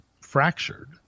fractured